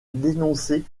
dénoncé